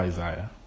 Isaiah